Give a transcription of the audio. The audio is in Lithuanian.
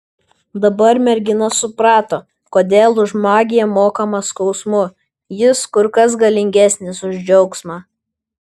dabar mergina suprato kodėl už magiją mokama skausmu jis kur kas galingesnis už džiaugsmą